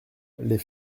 les